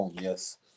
yes